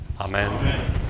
Amen